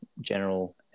general